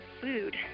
food